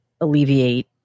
alleviate